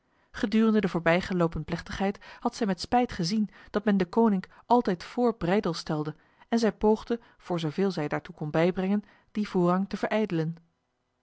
gedurende de voorbijgelopen plechtigheid had zij met spijt gezien dat men deconinck altijd voor breydel stelde en zij poogde voor zoveel zij daartoe kon bijbrengen die voorrang te verijdelen